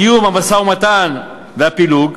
התיאום, המשא-ומתן והפילוג.